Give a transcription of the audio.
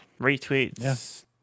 retweets